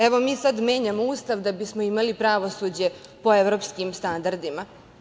Evo, mi sad menjamo Ustav da bismo imali pravosuđe po evropskim standardima.